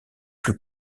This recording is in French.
plus